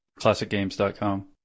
ClassicGames.com